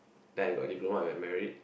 then I got diploma with like merit